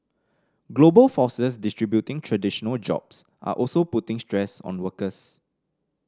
global forces disrupting traditional jobs are also putting stress on workers